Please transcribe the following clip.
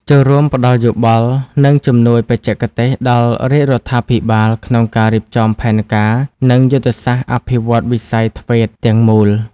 ចូលរួមផ្តល់យោបល់ និងជំនួយបច្ចេកទេសដល់រាជរដ្ឋាភិបាលក្នុងការរៀបចំផែនការ និងយុទ្ធសាស្ត្រអភិវឌ្ឍន៍វិស័យ ធ្វេត TVET ទាំងមូល។